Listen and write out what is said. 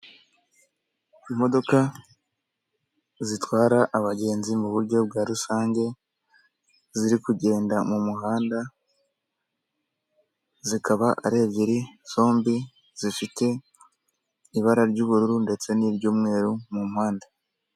Imodoka zitwara abagenzi mu buryo bwa rusange, ziri kugenda mu muhanda, zikaba ari ebyiri zombi zifite ibara ry'ubururu ndetse n'iry'umweru mu mpande.